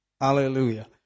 Hallelujah